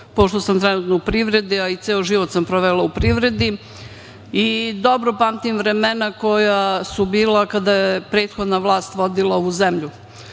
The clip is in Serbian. pošto sam trenutno u privredi, a i ceo život sam provela u privredi i dobro pamtim vremena koja su bila kada je prethodna vlast vodila ovu zemlju. Tako